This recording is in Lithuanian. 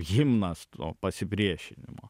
himnas to pasipriešinimo